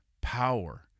Power